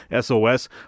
SOS